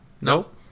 nope